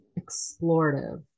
explorative